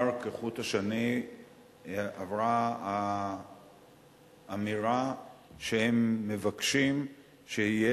כחוט השני עברה האמירה שהם מבקשים שיהיה